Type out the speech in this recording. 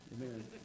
Amen